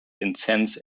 intense